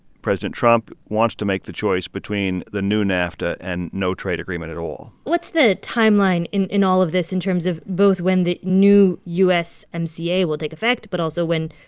president trump wants to make the choice between the new nafta and no trade agreement at all what's the timeline in in all of this in terms of both when the new usmca will take effect but also when,